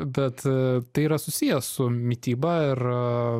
bet tai yra susiję su mityba ir